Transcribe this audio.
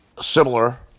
similar